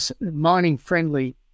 mining-friendly